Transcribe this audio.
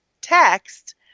text